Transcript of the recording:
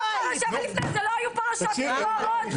ולפני זה לא היו פרשות הסוהרות?